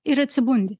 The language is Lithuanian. ir atsibundi